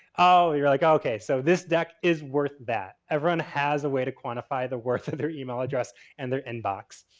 oh, you're like okay, so, this deck is worth that. everyone has a way to quantify the worth of their email address and their inbox.